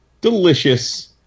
delicious